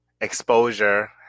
exposure